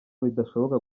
bidashoboka